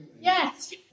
Yes